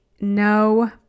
no